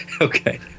Okay